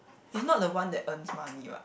it's not the one that earns money what